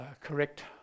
correct